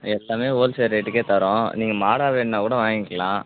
எப்போதுமே ஹோல்சேல் ரேட்டுக்கே தரோம் நீங்கள் மாடாக வேண்ணா கூட வாங்கிக்கலாம்